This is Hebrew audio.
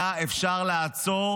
היה אפשר לעצור